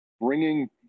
bringing